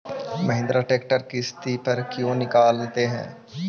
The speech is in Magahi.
महिन्द्रा ट्रेक्टर किसति पर क्यों निकालते हैं?